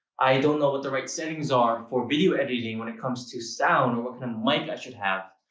i don't know what the right settings are for video editing when it comes to sound or what kind of mic i should have.